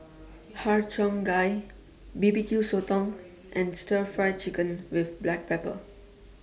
Har Cheong Gai B B Q Sotong and Stir Fry Chicken with Black Pepper